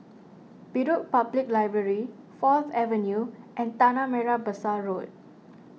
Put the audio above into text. Bedok Public Library Fourth Avenue and Tanah Merah Besar Road